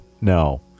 No